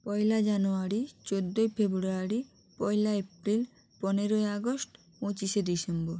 পয়লা জানুয়ারি চোদ্দোই ফেব্রুয়ারি পয়লা এপ্রিল পনেরোই আগস্ট পঁচিশে ডিসেম্বর